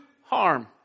harm